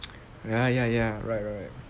ya ya ya right right right